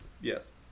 Yes